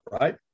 right